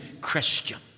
Christian